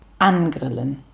Angrillen